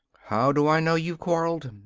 how do i know you've quarreled?